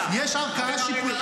השיטה שלנו.